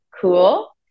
cool